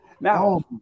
Now